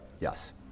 Yes